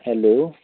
hello